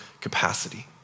capacity